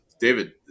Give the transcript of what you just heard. David